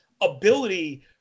ability